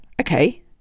okay